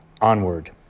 onward